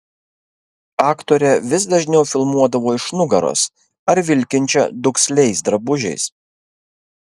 aktorę vis dažniau filmuodavo iš nugaros ar vilkinčią duksliais drabužiais